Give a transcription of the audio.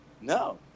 No